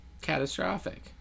Catastrophic